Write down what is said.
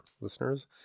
listeners